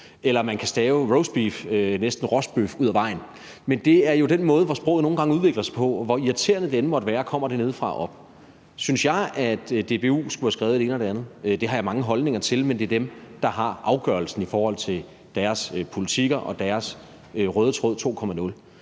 eller at man kan stave »roastbeef« næsten ligeud som »rostbøf«. Men det er jo den måde, som sproget nogle gange udvikler sig på, og hvor det, hvor irriterende det end måtte være, kommer nedefra og op. Synes jeg, at DBU skulle have skrevet det ene eller det andet? Det har jeg mange holdninger til, men det er dem, der har afgørelsen i forhold til deres politikker og deres Røde Tråd 2.0.